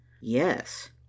Yes